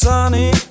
Sunny